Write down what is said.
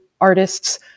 artists